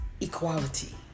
equality